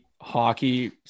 hockey